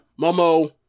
Momo